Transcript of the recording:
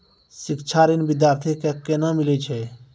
शिक्षा ऋण बिद्यार्थी के कोना मिलै छै?